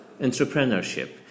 entrepreneurship